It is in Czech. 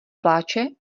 pláče